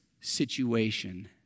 situation